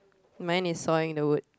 man is sawing the wood